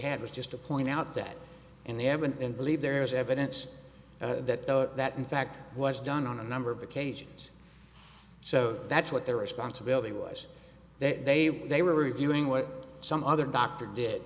had was just to point out that and they have and believe there is evidence that that in fact was done on a number of occasions so that's what their responsibility was that they were they were reviewing what some other doctor did